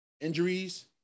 injuries